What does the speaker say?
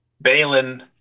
Balin